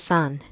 Sun